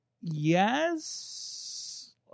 Yes